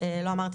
יבוא "תקנות".